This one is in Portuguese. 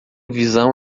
visão